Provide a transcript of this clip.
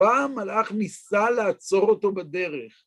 פעם מלאך ניסה לעצור אותו בדרך.